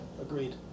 agreed